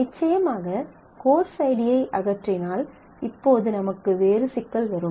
நிச்சயமாக கோர்ஸ் ஐடியை அகற்றினால் இப்போது நமக்கு வேறு சிக்கல் வரும்